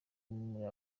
muri